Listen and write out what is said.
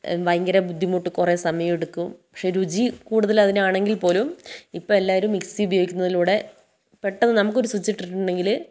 ഭയങ്കര ബുദ്ധിമുട്ട് കുറെ സമയം എടുക്കും പക്ഷേ രുചി കൂടുതലതിനാണെങ്കിൽ പോലും ഇപ്പം എല്ലാവരും മിക്സി ഉപയോഗിക്കുന്നതിലൂടെ പെട്ടന്ന് നമുക്കൊരു സ്വിച്ചിട്ടിട്ടുണ്ടെങ്കിൽ